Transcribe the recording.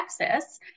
Texas